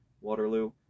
Waterloo